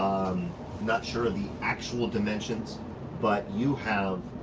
not sure of the actual dimensions but you have